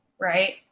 Right